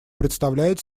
представляет